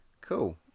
cool